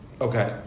okay